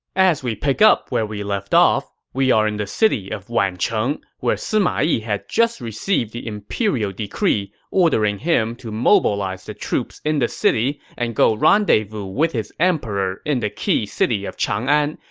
as we pick up where we left off, we are in the city of wancheng, where sima yi had just received the imperial decree ordering him to mobilize the troops in the city and go rendezvous with his emperor in the key city of chang'an,